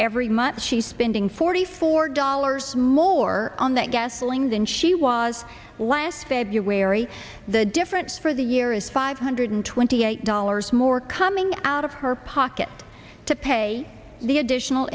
every month she's spending forty four dollars more on that gasoline than she was last february the difference for the year is five hundred twenty eight dollars more coming out of her pocket to pay the additional